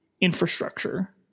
infrastructure